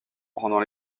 rendant